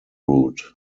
route